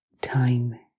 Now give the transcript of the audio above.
time